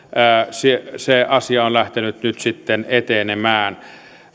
se se asia on lähtenyt sitten etenemään